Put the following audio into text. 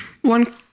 one